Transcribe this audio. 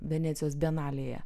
venecijos bienalėje